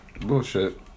bullshit